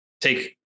take